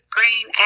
Green